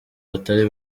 batari